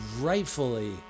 rightfully